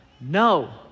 No